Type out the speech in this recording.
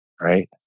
right